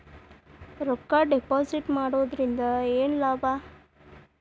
ರೊಕ್ಕ ಡಿಪಾಸಿಟ್ ಮಾಡುವುದರಿಂದ ಏನ್ ಲಾಭ?